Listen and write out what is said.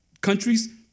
countries